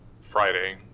Friday